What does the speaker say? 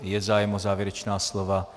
Je zájem o závěrečná slova?